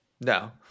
No